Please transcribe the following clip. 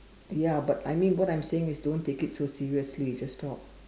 ya but I mean what I'm saying is don't take it so seriously just talk